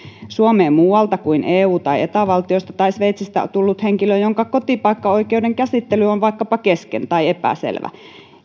suomeen muualta kuin eu tai eta valtiosta tai sveitsistä tullut henkilö jonka kotipaikkaoikeuden käsittely on vaikkapa kesken tai epäselvä